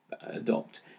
adopt